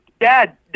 Dad